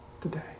today